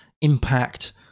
impact